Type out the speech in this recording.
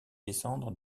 descendre